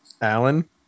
Alan